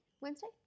Wednesday